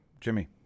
Jimmy